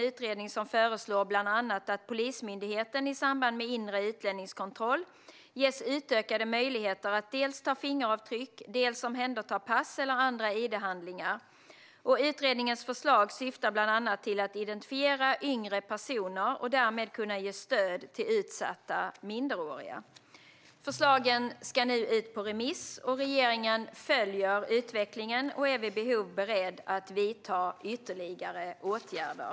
Utredningen föreslår bland annat att Polismyndigheten i samband med inre utlänningskontroll ges utökade möjligheter att dels ta fingeravtryck, dels omhänderta pass eller andra id-handlingar. Utredningens förslag syftar bland annat till att identifiera yngre personer och därmed kunna ge stöd till utsatta minderåriga. Förslagen ska nu ut på remiss. Regeringen följer utvecklingen och är vid behov beredd att vidta ytterligare åtgärder.